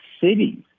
cities